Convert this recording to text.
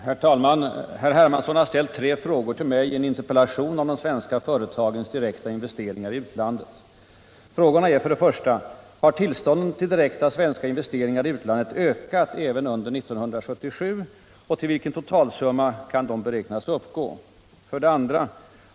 Herr talman! Herr Hermansson har ställt tre frågor till mig i en interpellation om de svenska företagens direkta investeringar i utlandet. Frågorna är: 1. Har tillstånden till direkta svenska investeringar i utlandet ökat även under 1977, och till vilken totalsumma kan de beräknas uppgå? 2.